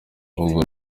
ubwo